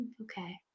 Okay